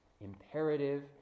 imperative